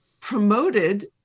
promoted